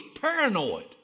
paranoid